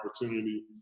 opportunity